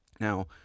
Now